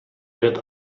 wird